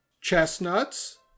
chestnuts